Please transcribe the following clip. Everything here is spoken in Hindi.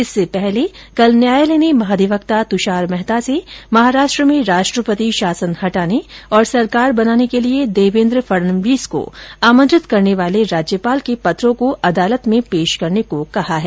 इससे पहले कल न्यायालय ने महाधिवक्ता तुषार मेहता से महाराष्ट्र में राष्ट्रपति शासन हटाने और सरकार बनाने के लिए देवेन्द्र फडणवीस को आमंत्रित करने वाले राज्यपाल के पत्रों को अदालत में पेश करने को कहा है